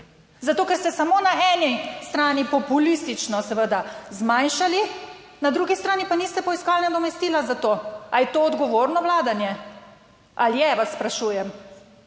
Zato, ker ste samo na eni strani populistično seveda zmanjšali, na drugi strani pa niste poiskali nadomestila za to. Ali je to odgovorno vladanje? Ali je, vas sprašujem.